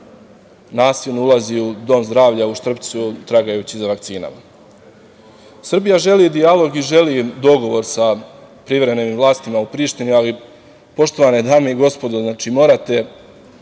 nasilno ulazi u Dom zdravlja u Štrpcu tragajući za vakcinama. Srbija želi dijalog i želi dogovor sa privremenim vlastima u Prištini, ali, poštovane dame i gospodo, morate